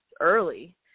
early